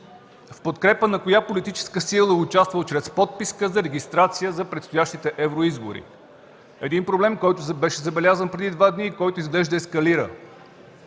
в подкрепа на коя политическа сила е участвал чрез подписка за регистрация за предстоящите евроизбори? Един проблем, който беше забелязан преди два дни и изглежда ескалира.